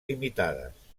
limitades